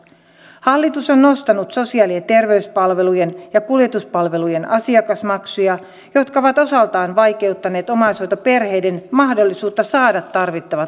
hallitus on nostanut sosiaali ja terveyspalvelujen ja kuljetuspalvelujen asiakasmaksuja jotka ovat osaltaan vaikeuttaneet omaishoitoperheiden mahdollisuutta saada tarvittavat palvelut